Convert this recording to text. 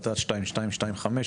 החלטה 2225,